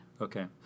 Okay